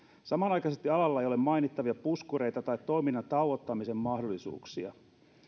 samanaikaisesti alalla ei ole mainittavia puskureita tai toiminnan tauottamisen mahdollisuuksia